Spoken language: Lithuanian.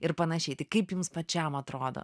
ir panašiai tai kaip jums pačiam atrodo